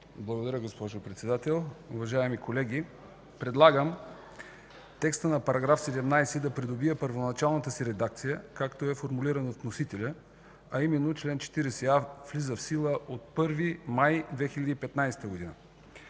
Благодаря, госпожо Председател. Уважаеми колеги, предлагам текстът на § 17 да придобие първоначалната си редакция, както е формулиран от вносителя, а именно „Чл. 40а влиза в сила от 1 май 2015 г”.